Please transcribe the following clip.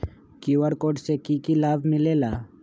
QR code से कि कि लाव मिलेला?